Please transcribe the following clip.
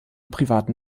privaten